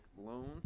loans